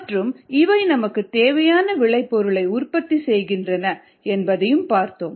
மற்றும் இவை நமக்கு தேவையான விளைபொருளை உற்பத்தி செய்கின்றன என்பதை பார்த்தோம்